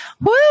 Woo